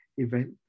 event